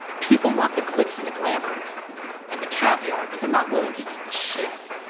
people want the glitz and the glamour and the caviar, but they're not willing to eat the shit